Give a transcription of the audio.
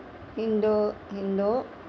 Hyundai Hyundai